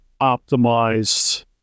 optimized